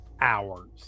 hours